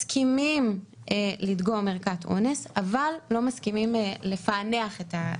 מסכימים לדגום ערכת אונס אבל לא מסכימים לפענח את זה.